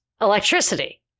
electricity